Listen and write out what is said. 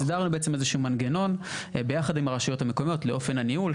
וסידרנו בעצם איזה שהוא מנגנון ביחד עם הרשויות המקומיות לאופן הניהול,